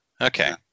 Okay